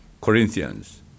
Corinthians